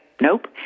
Nope